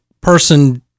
person